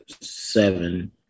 seven